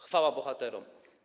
Chwała bohaterom.